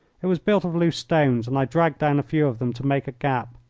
it was built of loose stones, and i dragged down a few of them to make a gap.